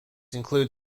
include